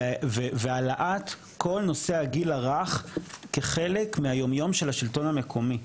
והעלאת כל נושא הגיל הרך כחלק מהיום יום של השלטון המקומי,